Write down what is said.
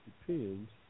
depends